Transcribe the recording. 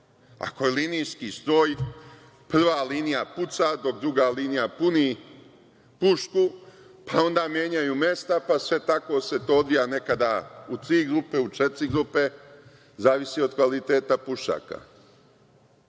Ako je linijski stroj, prva linija puca, dok druga linija puni pušku, pa onda menjaju mesta i tako se to odvija nekada u tri, četiri grupe, zavisi od kvaliteta pušaka.